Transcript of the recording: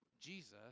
Jesus